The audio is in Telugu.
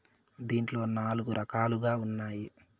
దీంట్లో నాలుగు రకాలుగా ఉన్నాయి